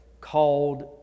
called